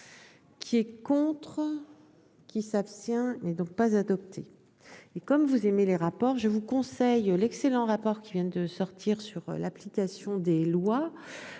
Qui est contre. Qui s'abstient n'est donc pas adoptée et comme vous aimez les rapports, je vous conseille l'excellent rapport qui vient de sortir sur l'application des lois,